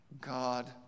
God